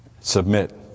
Submit